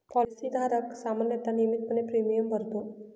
policy धारक सामान्यतः नियमितपणे प्रीमियम भरतो